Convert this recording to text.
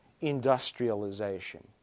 industrialization